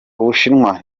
ubushinwa